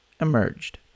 emerged